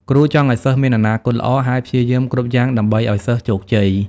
គ្រូចង់ឱ្យសិស្សមានអនាគតល្អ ហើយព្យាយាមគ្រប់យ៉ាងដើម្បីឱ្យសិស្សជោគជ័យ។